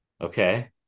okay